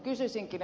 kysyisinkin